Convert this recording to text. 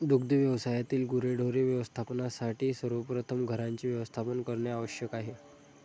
दुग्ध व्यवसायातील गुरेढोरे व्यवस्थापनासाठी सर्वप्रथम घरांचे व्यवस्थापन करणे आवश्यक आहे